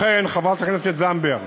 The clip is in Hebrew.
לכן, חברת הכנסת זנדברג,